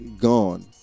gone